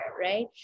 right